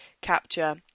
capture